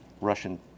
Russian